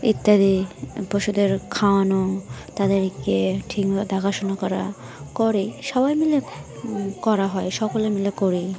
ইত্যাদি পশুদের খাওয়ানো তাদেরকে ঠিকভাবে দেখাশোনা করা করেই সবাই মিলে করা হয় সকলে মিলে করি